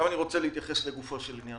אני רוצה להתייחס לגופו של עניין.